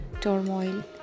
turmoil